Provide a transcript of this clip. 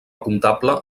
comptable